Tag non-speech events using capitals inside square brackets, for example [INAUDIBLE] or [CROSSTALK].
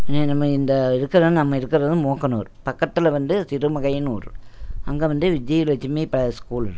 [UNINTELLIGIBLE] இந்த இருக்கிற நம்ம இருக்குறது மூக்கனூர் பக்கத்தில் வந்து சிறுமுகையினூர் அங்கே வந்து விஜயலெட்சுமி ஸ்கூல் இருக்கு